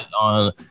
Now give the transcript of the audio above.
on